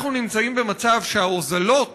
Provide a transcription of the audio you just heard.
כרגע, אנחנו נמצאים במצב שההוזלות